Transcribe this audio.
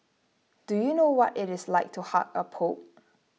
do you know what it is like to hug a pope